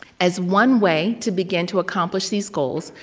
as one way to begin to accomplish these goals,